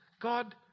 God